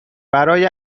برای